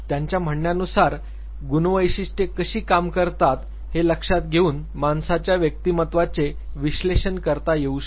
यांच्या म्हणण्यानुसार गुणवैशिष्टे कशी काम करतात हे लक्षात घेऊन माणसाच्या व्यक्तिमत्त्वाचे विश्लेषण करता येऊ शकते